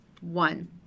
One